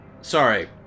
Sorry